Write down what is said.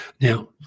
Now